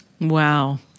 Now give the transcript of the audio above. Wow